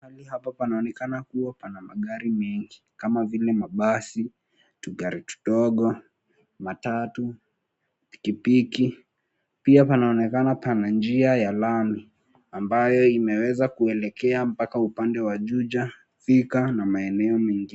Mahali hapa panaonekana kuwa pana magari mengi kama vile mabasi, tugari tudogo, matatu, pikipiki. Pia panaonekana pana njia ya lami ambayo imeweza kuelekea mpaka upande wa Juja, Thika na maeneo mengine.